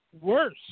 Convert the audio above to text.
Worse